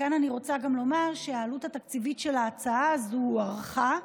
כאן אני רוצה גם לומר שהעלות התקציבית של ההצעה הזו הוערכה,